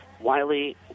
Wiley